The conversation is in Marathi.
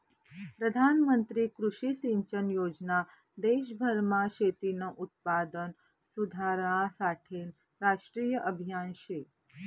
प्रधानमंत्री कृषी सिंचन योजना देशभरमा शेतीनं उत्पादन सुधारासाठेनं राष्ट्रीय आभियान शे